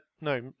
No